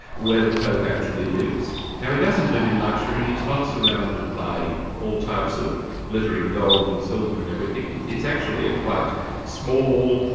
where the pope actually lives. now, he doesn't live in luxury and he's not surrounded by all types of glittering gold and silver and everything. it's actually a quite small,